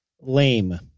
lame